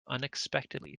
unexpectedly